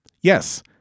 Yes